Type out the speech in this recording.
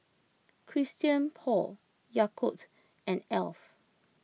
Christian Paul Yakult and Alf